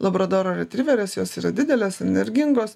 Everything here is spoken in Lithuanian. labradoro retriverės jos yra didelės energingos